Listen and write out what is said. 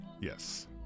Yes